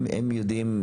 הם יודעים,